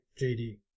JD